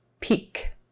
Peak